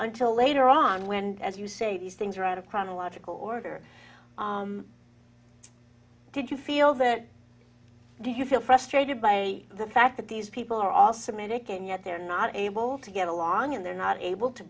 until later on when as you say these things are out of chronological order did you feel that do you feel frustrated by the fact that these people are all semitic and yet they're not able to get along and they're not able to